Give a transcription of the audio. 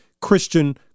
Christian